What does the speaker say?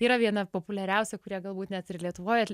yra viena populiariausių kurie galbūt net ir lietuvoj